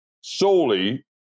solely